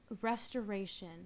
restoration